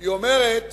היא אומרת